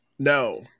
No